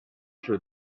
sud